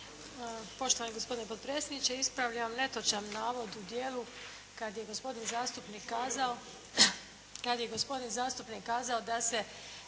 Poštovani gospodine predsjedniče ispravljam netočan navod u dijelu kad je gospodin zastupnik kazao da se